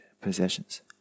possessions